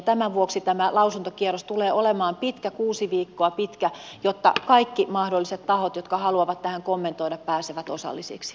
tämän vuoksi tämä lausuntokierros tulee olemaan pitkä kuusi viikkoa pitkä jotta kaikki mahdolliset tahot jotka haluavat tähän kommentoida pääsevät osallisiksi